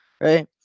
right